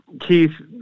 Keith